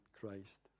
Christ